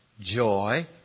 joy